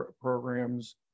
programs